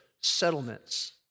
settlements